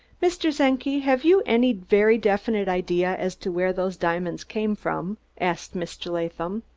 mr. czenki, have you any very definite idea as to where those diamonds came from? asked mr. latham.